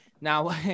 Now